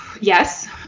Yes